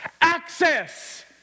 Access